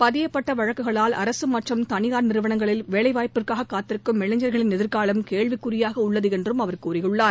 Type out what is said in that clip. பதியப்பட்ட வழக்குகளால் அரசு மற்றும் தனியார் நிறுவனங்களில் வேலைவாய்ப்புக்காக காத்திருக்கும் இளைஞர்களின் எதிர்காலம் கேள்விக்குறிவாக உள்ளது என்றும் அவர் கூறியுள்ளார்